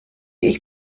ich